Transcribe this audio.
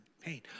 pain